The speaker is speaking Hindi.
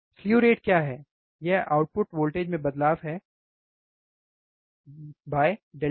स्लु रेट क्या है यह आउटपुट वोल्टेज में बदलाव है डेल्टा टी से विभाजित हो कर